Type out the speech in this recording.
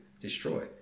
destroy